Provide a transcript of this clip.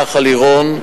נחל-עירון,